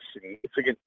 significant